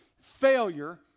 failure